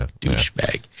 Douchebag